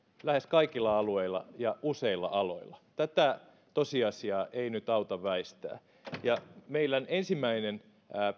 lähes kaikilla alueilla ja useilla aloilla tätä tosiasiaa ei nyt auta väistää ja meillä ensimmäinen